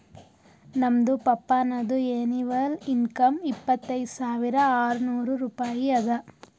ನಮ್ದು ಪಪ್ಪಾನದು annual income ಇಪ್ಪತೈದ್ ಸಾವಿರಾ ಆರ್ನೂರ್ ರೂಪಾಯಿ ಅದಾ